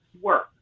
work